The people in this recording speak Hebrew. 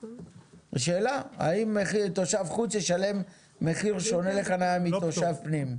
השאלה האם מחיר שתושב חוץ ישלם מחיר שונה מתושב פנים?